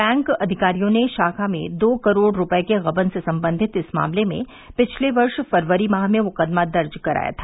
bank अधिकारियों ने शाखा में दो करोड़ रूपये के गबन से सम्बंधित इस मामले में पिछले वर्ष फरवरी माह में मुकदमा दर्ज कराया था